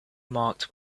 marked